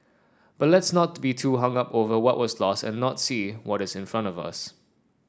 but let's not be too hung up over what was lost and not see what is in front of us